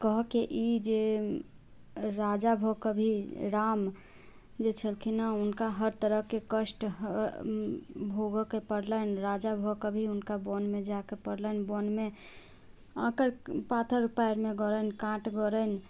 कहऽके ई जे राजा भऽ के भी राम जे छलखिन हँ हुनका हर तरहके कष्ट भोगैके परलनि राजा भऽ कऽ भी हुनका वनमे जाइके परलनि वनमे काङ्कर पाथर पयरमे गरनि काँट गरनि